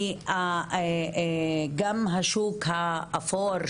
גם השוק האפור,